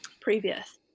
previous